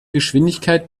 geschwindigkeit